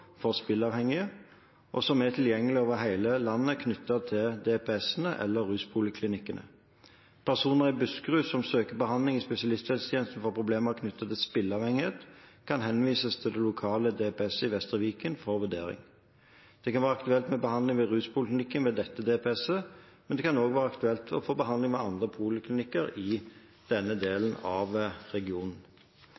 for spilleavhengige, og som er tilgjengelige over hele landet, knyttet til DPS-ene eller ruspoliklinikkene. Personer i Buskerud som søker behandling i spesialisthelsetjenesten for problemer knyttet til spilleavhengighet, kan henvises til det lokale DPS-et i Vestre Viken for vurdering. Det kan være aktuelt med behandling ved ruspoliklinikken ved dette DPS-et, men det kan også være aktuelt å få behandling ved andre poliklinikker i denne